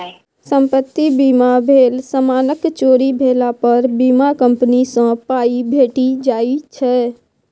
संपत्ति बीमा भेल समानक चोरी भेला पर बीमा कंपनी सँ पाइ भेटि जाइ छै